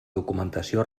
documentació